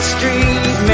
Street